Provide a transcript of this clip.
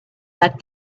but